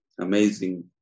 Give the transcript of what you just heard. Amazing